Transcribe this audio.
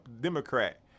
Democrat